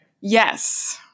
Yes